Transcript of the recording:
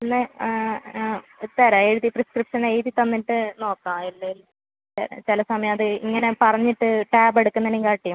ഇന്ന് തരാം എഴുതി പ്രിസ്ക്രിപ്ഷൻ എഴുതി തന്നിട്ട് നോക്കാം എല്ല് ആ ചില സമയം അത് ഇങ്ങനെ പറഞ്ഞിട്ട് ടാബ് എടുക്കുന്നതിനെ കാട്ടിയും